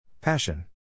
Passion